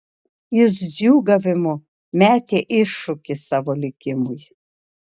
jis džiūgavimu metė iššūkį savo likimui